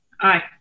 Aye